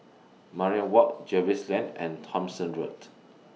Mariam Walk Jervois Lane and Thomson Road